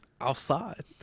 Outside